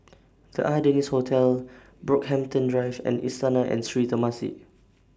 The Ardennes Hotel Brockhampton Drive and Istana and Sri Temasek